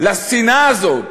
לשנאה הזאת.